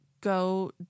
go